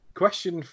question